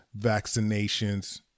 Vaccinations